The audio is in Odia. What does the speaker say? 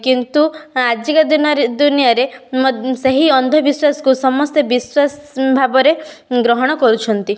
କିନ୍ତୁ ଆଜିକା ଦିନରେ ଦୁନିଆରେ ସେହି ଅନ୍ଧବିଶ୍ଵାସ କୁ ସମସ୍ତେ ବିଶ୍ଵାସ ଭାବରେ ଗ୍ରହଣ କରୁଛନ୍ତି